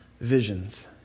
visions